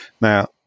Now